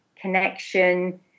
connection